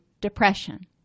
depression